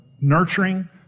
nurturing